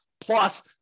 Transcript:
plus